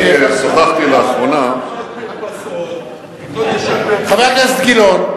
חבר הכנסת גילאון.